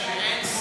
אדוני,